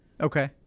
Okay